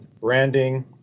branding